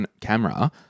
camera